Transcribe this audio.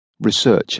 research